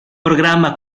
programma